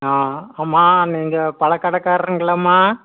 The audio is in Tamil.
ஆ அம்மா நீங்கள் பழக்கடை காரருங்களாம்மா